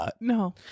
No